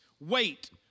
wait